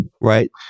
right